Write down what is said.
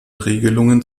regelungen